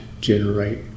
generate